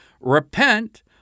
repent